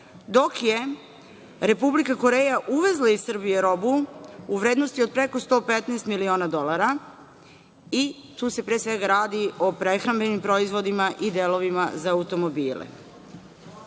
dok je Republika Koreja uvezla iz Srbije robu u vrednosti od 115 miliona dolara i tu se, pre svega radi, o prehrambenim proizvodima i delovima za automobile. Robna